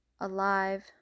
Alive